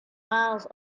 miles